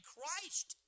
Christ